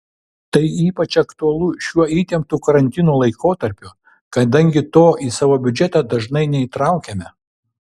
tai ypač aktualu šiuo įtemptu karantino laikotarpiu kadangi to į savo biudžetą dažnai neįtraukiame